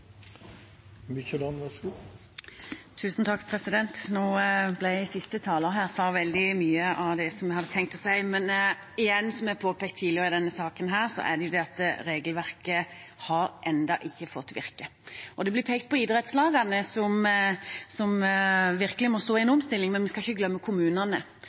Nå sa siste taler veldig mye av det som jeg hadde tenkt å si, men som jeg har påpekt tidligere i denne saken, har regelverket ennå ikke fått virke. Det blir pekt på idrettslagene, som virkelig må stå i en omstilling, men vi skal ikke glemme kommunene.